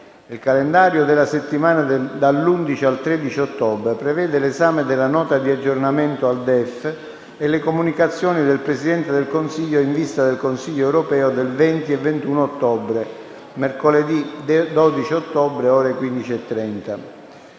Il calendario della settimana dall'11 al 13 ottobre prevede l'esame della Nota di aggiornamento al DEF e le comunicazioni del Presidente del Consiglio in vista del Consiglio europeo del 20 e 21 ottobre (mercoledì 12 ottobre alle ore 15,30).